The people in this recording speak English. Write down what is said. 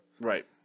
Right